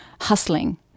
hustling